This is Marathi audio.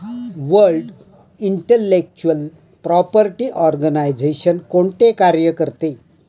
वर्ल्ड इंटेलेक्चुअल प्रॉपर्टी आर्गनाइजेशन कोणते कार्य करते?